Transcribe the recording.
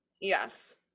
yes